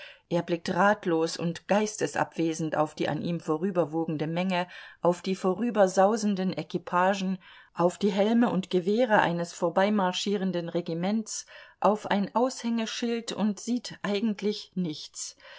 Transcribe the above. er blickt ratlos und geistesabwesend auf die an ihm vorüberwogende menge auf die vorübersausenden equipagen auf die helme und gewehre eines vorbeimarschierenden regiments auf ein aushängeschild und sieht eigentlich nichts